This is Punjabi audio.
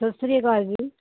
ਸਤਿ ਸ਼੍ਰੀ ਅਕਾਲ ਜੀ